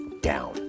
down